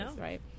right